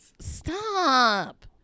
Stop